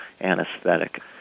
anesthetic